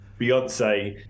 Beyonce